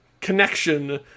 connection